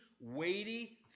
weighty